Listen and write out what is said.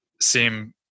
seem